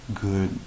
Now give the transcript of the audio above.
good